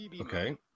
okay